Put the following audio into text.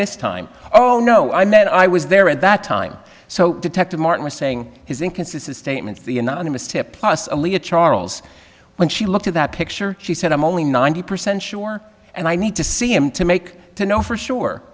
this time oh no i meant i was there at that time so detective martin was saying his inconsistent statements the anonymous tip plus only a charles when she looked at that picture she said i'm only ninety percent sure and i need to see him to make to know for sure